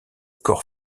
corps